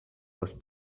post